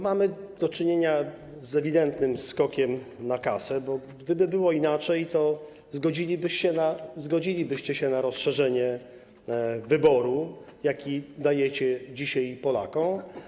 Mamy do czynienia z ewidentnym skokiem na kasę, bo gdyby było inaczej, to zgodzilibyście się na rozszerzenie wyboru, jaki dajecie dzisiaj Polakom.